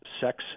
sex